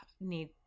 need